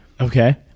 Okay